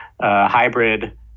hybrid